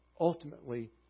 ultimately